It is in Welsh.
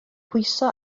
pwyso